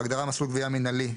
בהגדרה "מסלול גבייה מנהלי"